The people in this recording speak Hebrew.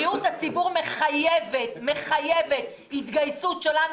בריאות הציבור מחייבת התגייסות שלנו,